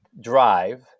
drive